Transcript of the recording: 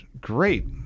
great